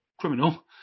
criminal